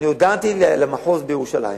הודעתי למחוז בירושלים